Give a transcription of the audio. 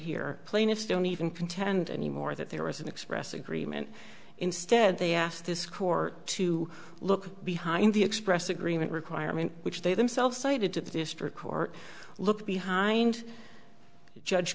here plaintiffs don't even contend anymore that there was an express agreement instead they asked this court to look behind the express agreement requirement which they themselves cited to the district court look behind judge